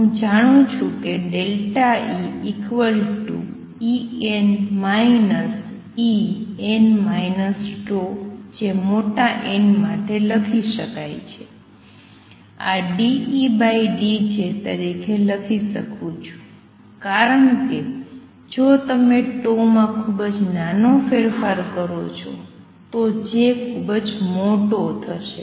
હું જાણું છું કે EEn En τ જે મોટા n માટે લખી શકાય છે હું આ ∂E∂J તરીકે લખી શકું છું કારણ કે જો તમે માં ખુબજ નાનો ફેરફાર કરો છો તો J ખૂબ જ મોટો થશે